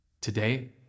Today